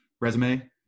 resume